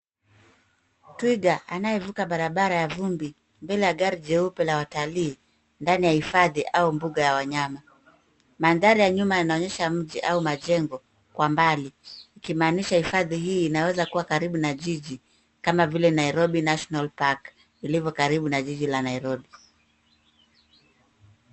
Twiga anayevuka barabara ya vumbi, mbele ya gari jeupe la watalii, ndani ya hifadhi, au mbunga ya wanyama. Mandhari ya nyuma yanaonyesha mji, au majengo, kwa mbali, ikimaanisha hifadhi hii inaweza kuwa karibu na jiji, kama vile Nairobi National Park , ilivyo karibu na jiji la Nairobi.